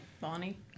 Bonnie